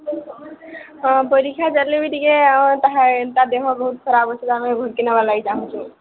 ହଁ ପରୀକ୍ଷା ଦେଲେବି ଟିକେ ଆଉ ତାହା ତା ଦେହ ବହୁତ ଖରାପ ଅଛି ତ ଆମେ ଘରକୁ ନେବାଲାଗି ଚାହୁଁଛୁ